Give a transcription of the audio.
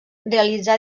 realitzà